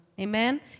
amen